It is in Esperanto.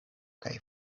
kaj